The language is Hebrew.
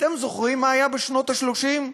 אתם זוכרים מה היה בשנות ה-30?